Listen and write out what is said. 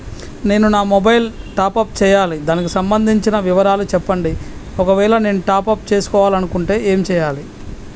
నేను నా mobile top up చేయాలి దానికి సంబంధించిన వివరాలు చెప్పండి ఒకవేళ నేను టాప్ చేసుకోవాలనుకుంటే ఏం చేయాలి?